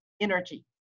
energy